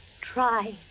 Try